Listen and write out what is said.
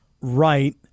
right